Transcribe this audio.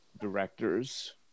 directors